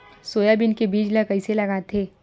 Soybean के बीज ल कइसे लगाथे?